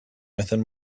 within